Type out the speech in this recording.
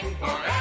forever